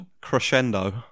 crescendo